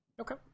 Okay